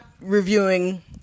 reviewing